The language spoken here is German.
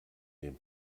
dem